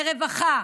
לרווחה,